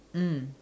mm